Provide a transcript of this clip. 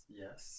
yes